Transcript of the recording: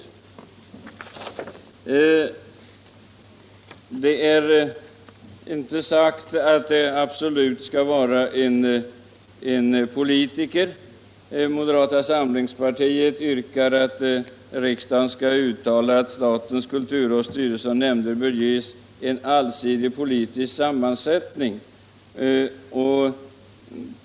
Men det är inte sagt att det absolut skall vara politiker i dessa sammanhang. Moderata samlingspartiet yrkar att riksdagen skall uttala att statens kulturråds styrelse och nämnder bör ges en allsidig politisk sammansättning.